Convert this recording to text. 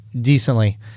decently